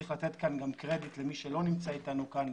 צריך לתת כאן גם קרדיט למי שלא נמצא אתנו כאן,